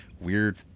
weird